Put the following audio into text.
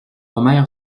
omer